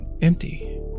empty